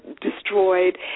destroyed